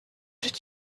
did